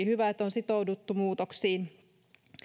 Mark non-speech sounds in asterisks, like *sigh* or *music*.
*unintelligible* hyvä että on sitouduttu muutoksiin